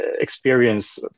experience